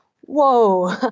whoa